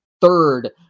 third